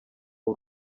w’u